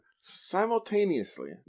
Simultaneously